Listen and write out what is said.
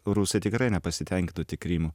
rusai tikrai nepasitenkintų tik krymu